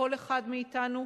כל אחד מאתנו,